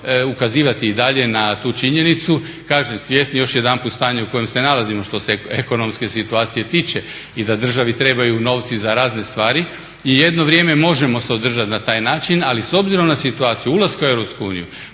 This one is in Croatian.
ukazivati i dalje na tu činjenicu. Kažem, svjesni još jedanput stanja u kojem se nalazimo što se ekonomske situacije tiče i da državi trebaju novci za razne stvari. I jedno vrijeme možemo se održati na taj način ali s obzirom na situaciju ulaska u